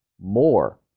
more